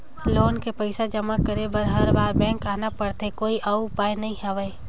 Loan के पईसा जमा करे बर हर बार बैंक आना पड़थे कोई अउ उपाय नइ हवय?